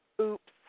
oops